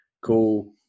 cool